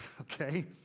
okay